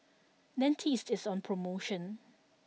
dentiste is on promotion